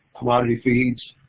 commodity feeds.